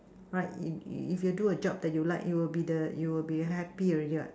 right if if you do a job that you like you will be the you will be happy already what